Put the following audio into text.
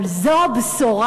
אבל זו הבשורה?